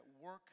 work